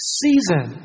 season